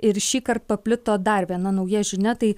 ir šįkart paplito dar viena nauja žinia tai